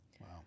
Wow